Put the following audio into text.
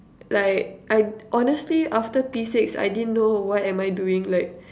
like I honestly after P six I didn't know what am I doing like